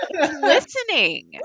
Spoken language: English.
listening